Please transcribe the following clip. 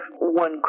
One